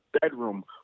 bedroom